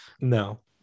No